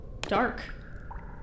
dark